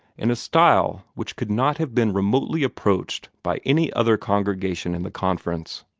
in a style which could not have been remotely approached by any other congregation in the conference.